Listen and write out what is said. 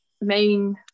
main